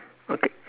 okay